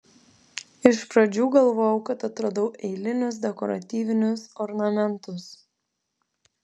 iš pradžių galvojau kad atradau eilinius dekoratyvinius ornamentus